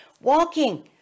Walking